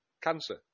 cancer